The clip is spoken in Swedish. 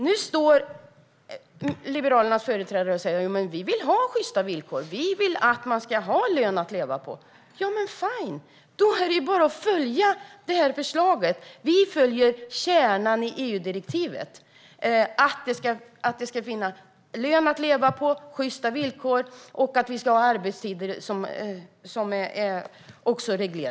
Nu säger Liberalernas företrädare: Men vi vill ha sjysta villkor, och vi vill att man ska ha en lön att leva på. Ja, men fine, då är det bara att följa det här förslaget. Vi följer kärnan i EU-direktivet om att det ska vara en lön att leva på, sjysta villkor och reglerade arbetstider.